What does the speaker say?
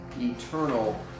eternal